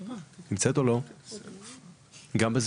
נמצאת גם בזום,